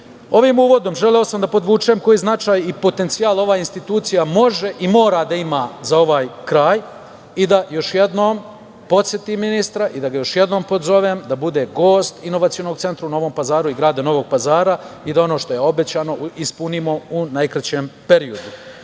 uvodom želeo sam da podvučem koji značaj i potencijal ova institucija može i mora da ima za ovaj kraj i da još jednom podsetim ministra i da ga još jednom pozovem da bude gost inovacionog centra u Novom Pazaru i grada Novog Pazara i da ono što je obećano ispunimo u najkraćem periodu. Lično